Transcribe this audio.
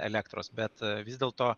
elektros bet vis dėlto